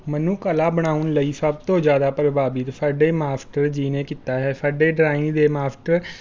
ਮੈਨੂੰ ਕਲਾ ਬਣਾਉਣ ਲਈ ਸਭ ਤੋਂ ਜ਼ਿਆਦਾ ਪ੍ਰਭਾਵਿਤ ਸਾਡੇ ਮਾਸਟਰ ਜੀ ਨੇ ਕੀਤਾ ਹੈ ਸਾਡੇ ਡਰਾਇੰਗ ਦੇ ਮਾਸਟਰ